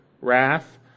wrath